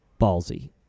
ballsy